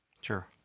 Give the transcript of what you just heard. Sure